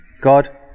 God